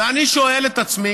ואני שואל את עצמי,